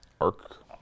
Arc